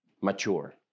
mature